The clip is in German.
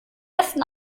ersten